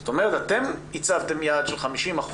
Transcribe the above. זאת אומרת אתם הצבתם יעד של 50%,